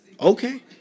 Okay